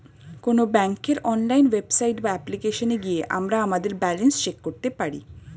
কোনো ব্যাঙ্কের online website বা অ্যাপ্লিকেশনে গিয়ে আমরা আমাদের ব্যালেন্স চেক করতে পারি